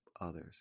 others